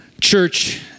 Church